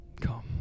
Come